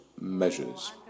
measures